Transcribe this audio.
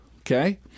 Okay